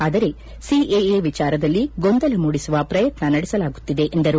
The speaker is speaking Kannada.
ಆದರೆ ಸಿಎಎ ವಿಚಾರದಲ್ಲಿ ಗೊಂದಲ ಮೂಡಿಸುವ ಪ್ರಯತ್ನ ನಡೆಸಲಾಗುತ್ತಿದೆ ಎಂದರು